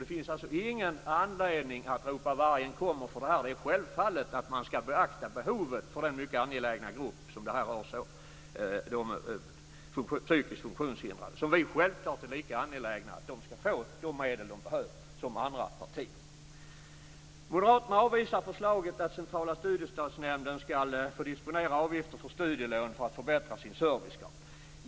Det finns ingen anledning att ropa vargen kommer, för det är självklart att man ska beakta behovet för den grupp som det här rör sig om, dvs. funktionshindrade. Vi är självfallet lika angelägna som andra partier att de ska få de medel de behöver. Moderaterna avvisar förslaget att Centrala studiestödsnämnden ska få disponera avgifter för studielån för att förbättra servicenivån.